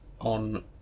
on